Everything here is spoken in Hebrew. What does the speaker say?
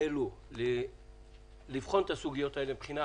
אלה לבחון את הסוגיות האלה מבחינה